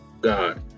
God